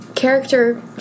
Character